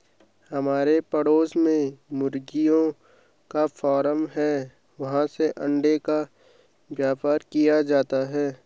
हमारे पड़ोस में मुर्गियों का फार्म है, वहाँ से अंडों का व्यापार किया जाता है